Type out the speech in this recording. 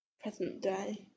present-day